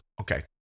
okay